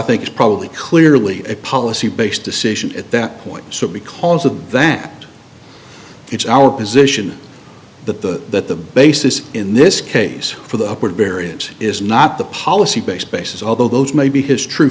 think is probably clearly a policy based decision at that point so because of that it's our position that the that the basis in this case for the variance is not the policy based basis although those may be his true